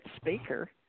speaker